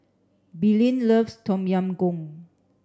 Belen loves Tom Yam Goong